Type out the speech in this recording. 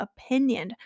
Opinion